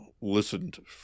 listened